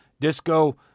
Disco